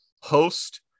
host